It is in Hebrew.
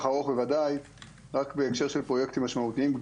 ארוך רק בהקשר של פרויקטים משמעותיים.